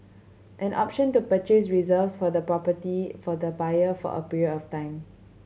an option to purchase reserves for the property for the buyer for a period of time